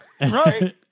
right